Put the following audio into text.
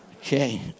Okay